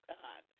God